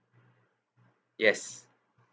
yes